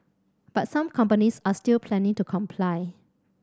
but some companies are still planning to comply